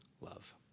love